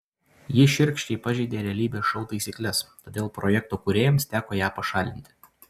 ji šiurkščiai pažeidė realybės šou taisykles todėl projekto kūrėjams teko ją pašalinti